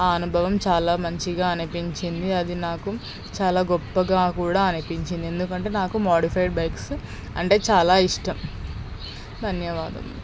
ఆ అనుభవం చాలా మంచిగా అనిపించింది అది నాకు చాలా గొప్పగా కూడా అనిపించింది ఎందుకంటే నాకు మోడిఫైడ్ బైక్స్ అంటే చాలా ఇష్టం ధన్యవాదములు